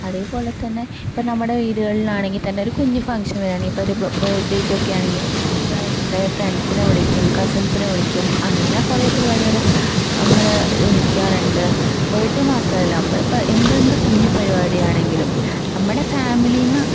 അതേപോലെ തന്നെ ഇപ്പോൾ നമ്മുടെ വീടുകളിലാണെങ്കിൽ തന്നെ ഒരു കുഞ്ഞു ഫംഗ്ഷൻ വരുവാണെങ്കിൽ ഇപ്പോൾ ഒരു ബേത്ത്ഡേയ്ക്കൊക്കെയാണെങ്കിൽ നമ്മളുണ്ട് ഫ്രണ്ട്സിനെ വിളിക്കും കസിന്സിനെ വിളിക്കും അങ്ങനെ കുറെ പരിപാടികള് നമ്മള് വിളിക്കാറുണ്ട് ബേത്ത്ഡേ മാത്രമല്ല നമ്മൾ അപ്പോൾ എന്തെന്ത് കുഞ്ഞുപരിപാടി ആണെങ്കിലും നമ്മുടെ ഫാമിലിയിൽ നിന്ന്